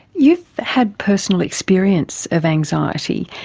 you've had personal experience of anxiety.